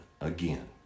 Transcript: again